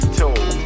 told